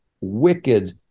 wicked